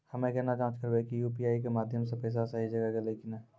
हम्मय केना जाँच करबै की यु.पी.आई के माध्यम से पैसा सही जगह गेलै की नैय?